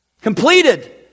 Completed